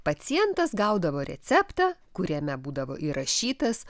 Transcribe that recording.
pacientas gaudavo receptą kuriame būdavo įrašytas